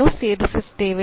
ಅನ್ನು ಸೇರಿಸುತ್ತೇವೆ